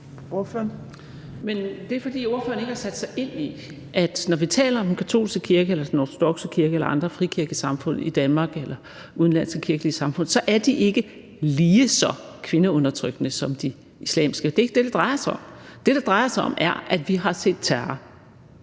det er, fordi ordføreren ikke har sat sig ind i, at når vi taler om den katolske kirke, den ortodokse kirke eller andre frikirkesamfund i Danmark eller udenlandske kirkelige samfund, så er de ikke lige så kvindeundertrykkende som de islamiske. Og det er ikke det, det drejer sig om. Det, det drejer sig om, er, at vi har set terror.